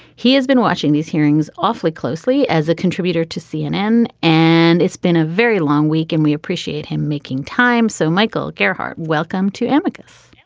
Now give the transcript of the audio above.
he has been watching these hearings awfully closely as a contributor to cnn, and it's been a very long week and we appreciate him making time so michael gerhart, welcome to amicus.